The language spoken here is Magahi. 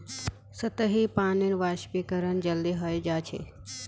सतही पानीर वाष्पीकरण जल्दी हय जा छे